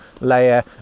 layer